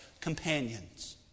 companions